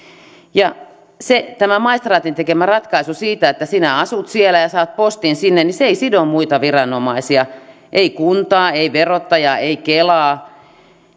tämä maistraatin tekemä ratkaisu siitä että sinä asut siellä ja saat postin sinne ei sido muita viranomaisia ei kuntaa ei verottajaa ei kelaa